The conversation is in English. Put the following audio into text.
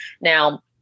Now